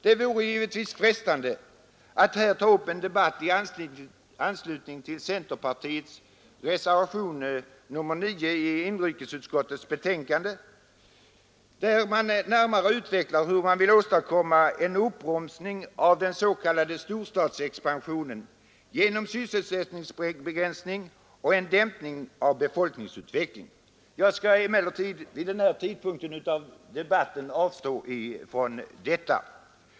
Det vore givetvis frestande att här ta upp en debatt i anslutning till centerpartiets reservation nr 9 i inrikesutskottets betänkande där man närmare utvecklar hur man vill åstadkomma en uppbromsning av den s.k. storstadsexpansionen genom sysselsättningsbegränsning och en dämpning av befolkningsutvecklingen. Jag skall emellertid i det här skedet av debatten avstå härifrån.